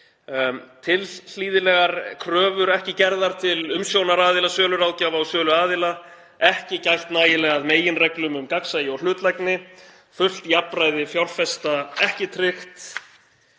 tilhlýðilegar kröfur ekki gerðar til umsjónaraðila, söluráðgjafa og söluaðila, ekki gætt nægilega að meginreglum um gagnsæi og hlutlægni, fullt jafnræði fjárfesta ekki tryggt